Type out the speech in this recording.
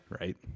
right